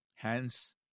hence